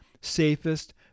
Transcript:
safest